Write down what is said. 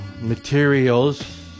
Materials